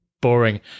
boring